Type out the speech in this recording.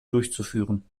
durchzuführen